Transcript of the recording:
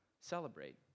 celebrate